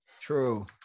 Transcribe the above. true